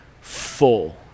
full